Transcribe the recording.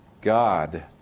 God